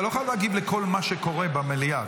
אתה לא חייב להגיב לכל מה שקורה במליאה,